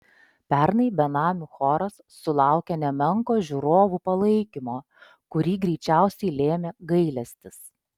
pernai benamių choras sulaukė nemenko žiūrovų palaikymo kurį greičiausiai lėmė gailestis